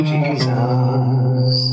Jesus